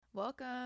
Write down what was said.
welcome